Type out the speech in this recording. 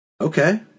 Okay